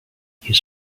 his